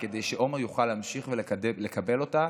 וכדי שעומר יוכל להמשיך ולקבל אותה